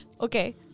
okay